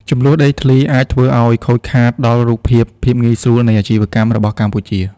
ជម្លោះដីធ្លីអាចធ្វើឱ្យខូចខាតដល់រូបភាព "ភាពងាយស្រួលនៃអាជីវកម្ម" របស់កម្ពុជា។